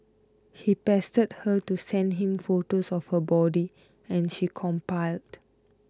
he pestered her to send him photos of her body and she complied